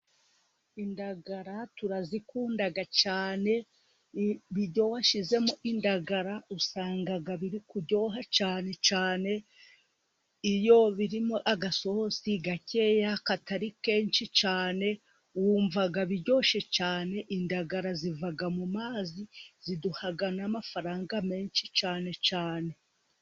indagara turazikunda cyane iyo washyizemo indagara usanga biri kuryoha cyane cyane iyo birimo agasosi gakeya katari kenshi cyane wumvaga biryoshye cyane. Indagara ziva mu mazi ziduha n'amafaranga menshi cyane cyane.